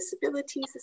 Disabilities